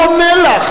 הוא עונה לך.